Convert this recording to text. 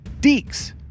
Deeks